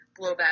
blowback